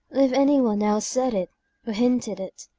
or if any one else said it or hinted it.